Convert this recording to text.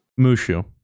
mushu